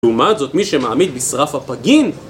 לעומת זאת מי שמעמיד בשרף הפגין